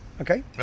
Okay